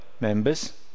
members